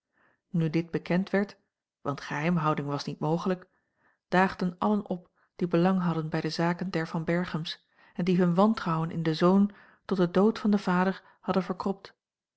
nu dit bekend werd want geheimhouding was niet mogelijk daagden allen op die belang hadden bij de zaken der van berchems en die hun wantrouwen in den zoon tot den dood van den vader hadden verkropt